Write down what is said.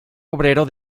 obrero